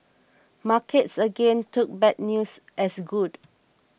markets again took bad news as good